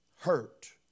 Hurt